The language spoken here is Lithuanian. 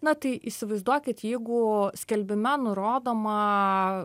na tai įsivaizduokit jeigu skelbime nurodoma